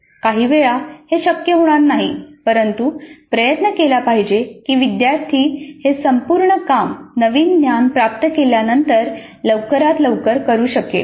काही वेळा हे शक्य होणार नाही परंतु प्रयत्न केला पाहिजे की विद्यार्थी हे संपूर्ण काम नवीन ज्ञान प्राप्त केल्यानंतर लवकरात लवकर करू शकतील